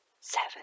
Seven